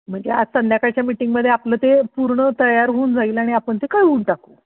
म्हणजे आज संध्याकाळच्या मिटींगमध्ये आपलं ते पूर्ण तयार होऊन जाईल आणि आपण ते कळवून टाकू